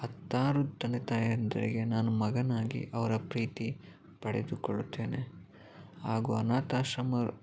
ಹತ್ತಾರು ತಂದೆ ತಾಯಂದಿರಿಗೆ ನಾನು ಮಗನಾಗಿ ಅವರ ಪ್ರೀತಿ ಪಡೆದುಕೊಳ್ಳುತ್ತೇನೆ ಹಾಗೂ ಅನಾಥಾಶ್ರಮ